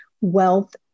wealth